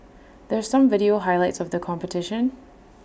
there's some video highlights of the competition